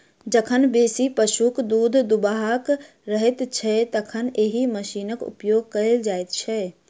जखन बेसी पशुक दूध दूहबाक रहैत छै, तखन एहि मशीनक उपयोग कयल जाइत छै